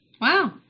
wow